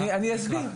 אני אסביר.